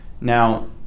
Now